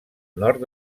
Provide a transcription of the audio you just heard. nord